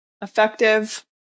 Effective